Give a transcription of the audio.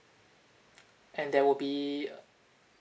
and there will be